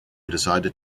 decided